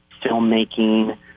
filmmaking